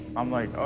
i'm like,